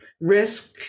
risk